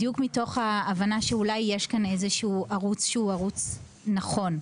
בדיוק מתוך ההבנה שיש כאן ערוץ נכון.